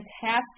fantastic